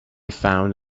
found